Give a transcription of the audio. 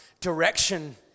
direction